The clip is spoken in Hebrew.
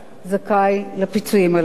זכאי לפיצויים הללו.